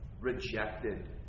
rejected